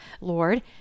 Lord